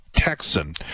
Texan